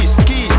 ski